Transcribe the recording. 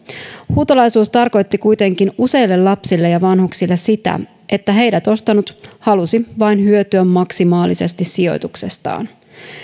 huutolaisuus tarkoitti kuitenkin useille lapsille ja vanhuksille sitä että heidät ostanut halusi vain hyötyä maksimaalisesti sijoituksestaan